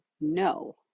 no